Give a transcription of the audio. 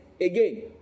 Again